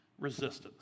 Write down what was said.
resistance